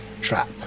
trap